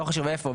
לא חשוב איפה,